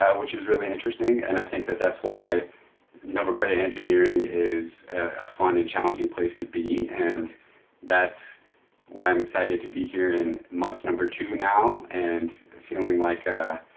which is really interesting. and i think that that's why nova credit engineering is a fun and challenging place to be and that's why i am excited to be here in month number two now and feeling like a